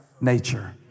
nature